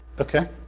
Okay